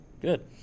good